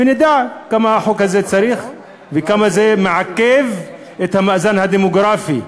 ונדע כמה צריך את החוק הזה וכמה זה מעכב את המאזן הדמוגרפי.